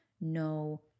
no